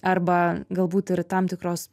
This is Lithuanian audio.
arba galbūt ir tam tikros